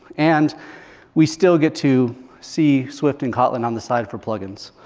and we still get to see swift and kotlin on the side for plug-ins.